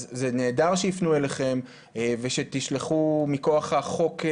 אז זה נהדר שיפנו אליכם, ושתשלחו, מכוח החוק,